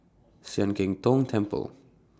Sian Keng Tong Temple